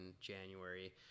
January